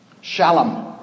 Shalom